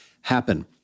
happen